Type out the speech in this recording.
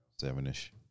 Seven-ish